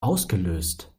ausgelöst